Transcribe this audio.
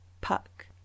Puck